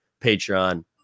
Patreon